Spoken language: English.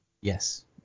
Yes